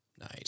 Nice